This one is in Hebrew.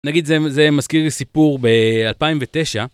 נגיד זה מזכיר סיפור ב-2009.